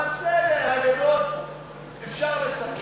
אבל בסדר, אגדות אפשר לספר.